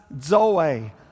Zoe